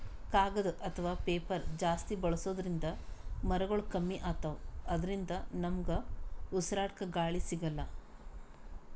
ಕಾಗದ್ ಅಥವಾ ಪೇಪರ್ ಜಾಸ್ತಿ ಬಳಸೋದ್ರಿಂದ್ ಮರಗೊಳ್ ಕಮ್ಮಿ ಅತವ್ ಅದ್ರಿನ್ದ ನಮ್ಗ್ ಉಸ್ರಾಡ್ಕ ಗಾಳಿ ಸಿಗಲ್ಲ್